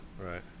right